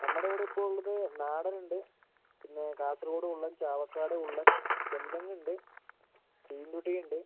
നമ്മുടെ ഇവിടെ ഇപ്പോൾ ഉള്ളത് നാടൻ ഉണ്ട് പിന്നെ കാസർഗോഡ് കുള്ളൻ ചാവക്കാട് കുള്ളൻ ചെന്തെങ്ങ് ഉണ്ട് ടീൻമുടി ഉണ്ട്